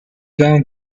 down